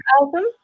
Album